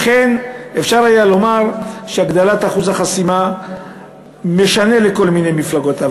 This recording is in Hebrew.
אכן אפשר היה לומר שהעלאת אחוז החסימה משנה לכל מיני מפלגות,